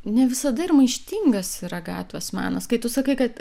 nevisada ir maištingas yra gatvės menas kai tu sakai kad